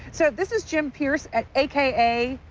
so this is jim pierce at aka.